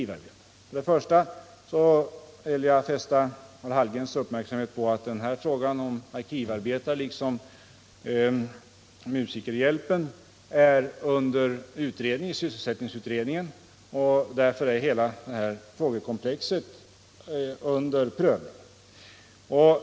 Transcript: Jag vill för det första fästa Karl Hallgrens uppmärksamhet på att den frågan liksom musikerhjälpen ligger hos sysselsättningsutredningen och att därför hela frågekomplexet är under prövning.